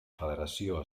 federació